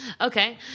Okay